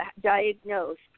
diagnosed